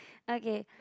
okay